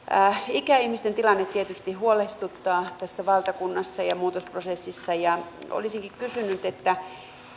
ikäihmisten tilanne tietysti huolestuttaa tässä valtakunnassa ja ja muutosprosessissa olisinkin kysynyt